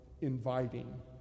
inviting